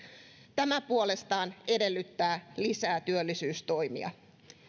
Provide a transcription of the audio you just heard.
tämä puolestaan edellyttää lisää työllisyystoimia